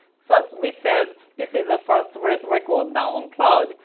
so as we said, this is the first record now on cloud.